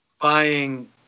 buying